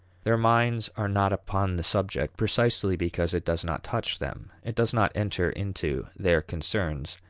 their minds are not upon the subject precisely because it does not touch them it does not enter into their concerns.